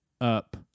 Up